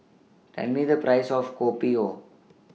Tell Me The Price of Kopi O